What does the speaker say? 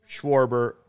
Schwarber